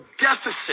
deficit